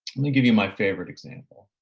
me give you my favorite example.